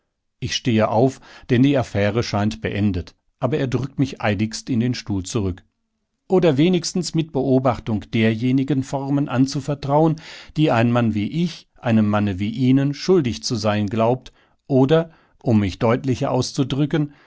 ich stehe auf denn die affäre scheint beendet aber er drückt mich eiligst in den stuhl zurück oder wenigstens mit beobachtung derjenigen formen anzuvertrauen die ein mann wie ich einem manne wie ihnen schuldig zu sein glaubt oder um mich deutlicher auszudrücken